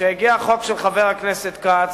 כשהגיע החוק של חבר הכנסת כץ,